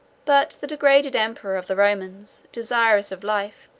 but the degraded emperor of the romans, desirous of life,